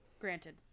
granted